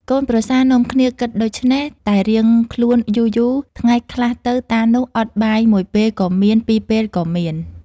កូនប្រសានាំគ្នាគិតដូច្នេះតែរៀងខ្លួនយូរៗថ្ងៃខ្លះទៅតានោះអត់បាយ ១ពេលក៏មាន ២ពេល ក៏មាន។